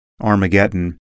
Armageddon